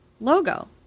logo